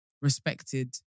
respected